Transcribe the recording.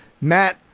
Matt